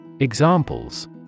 Examples